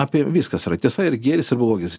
apie viskas yra tiesa ir gėris ir blogis